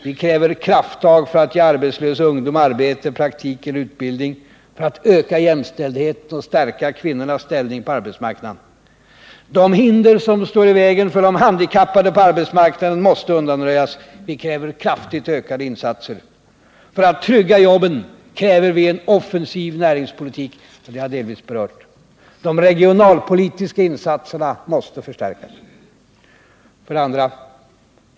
Vi kräver krafttag för att ge arbetslös ungdom arbete, praktik eller utbildning för att öka jämställdheten och stärka kvinnornas ställning på arbetsmarknaden. De hinder som står i vägen för de handikappade på arbetsmarknaden måste undanröjas. Vi kräver kraftigt ökade insatser. För att trygga jobben krävs en offensiv näringspolitik. De regionalpolitiska insatserna måste förstärkas. 2.